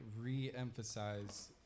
re-emphasize